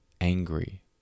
angry